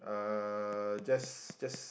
uh just just